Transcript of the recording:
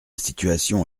situation